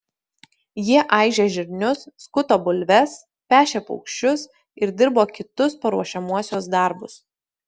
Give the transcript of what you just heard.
jie aižė žirnius skuto bulves pešė paukščius ir dirbo kitus paruošiamuosius darbus